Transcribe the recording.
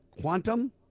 Quantum